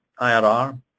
IRR